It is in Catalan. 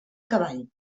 cavall